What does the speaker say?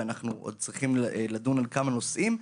ואנחנו עוד צריכים לדון על כמה נושאים,